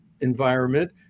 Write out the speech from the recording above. environment